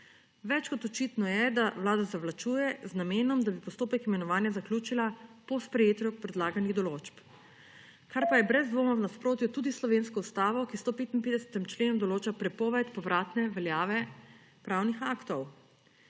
Več kot očitno je, da Vlada zavlačuje z namenom, da bi postopek imenovanja zaključila po sprejetju predlaganih določb, kar pa je brez dvoma v nasprotju tudi s slovensko ustavo, ki v 155. členu določa prepoved povratne veljave pravnih aktov.